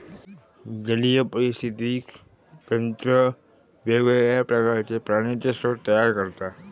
जलीय पारिस्थितिकी तंत्र वेगवेगळ्या प्रकारचे पाण्याचे स्रोत तयार करता